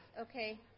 Okay